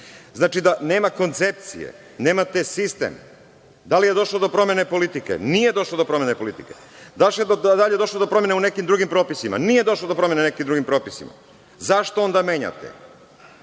znači da nema koncepcije. Nemate sistem. Da li je došlo do promene politike? Nije došlo do promene politike. Da li je došlo do promene u nekim drugim propisima? Nije došlo do promene u nekim drugim propisima. Zašto onda menjate?